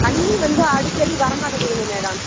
தண்ணி வந்து அடிக்கடி வரமாட்டேக்குதுங்க மேடம்